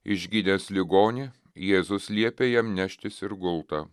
išgydęs ligonį jėzus liepia jam neštis ir gultą